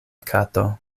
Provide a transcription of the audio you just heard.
kato